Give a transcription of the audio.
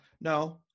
no